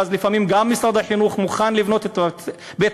ואז לפעמים גם משרד החינוך מוכן לבנות את בית-הספר,